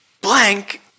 blank